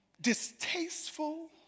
distasteful